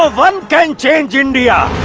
ah one can change india.